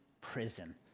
prison